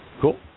cool